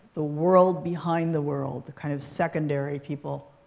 the world behind the world the kind of secondary people.